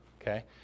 okay